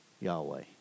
Yahweh